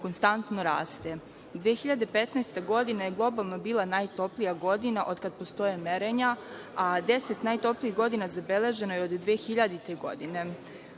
konstantno raste. Godina 2015. je globalno bila najtoplija godina od kad postoje merenja, a deset najtoplijih godina zabeleženo je od 2000. godine.